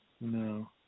No